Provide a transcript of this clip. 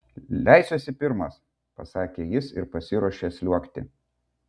leisiuosi pirmas pasakė jis ir pasiruošė sliuogti